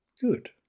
good